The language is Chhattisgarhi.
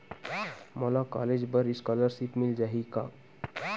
मोला कॉलेज बर स्कालर्शिप मिल जाही का?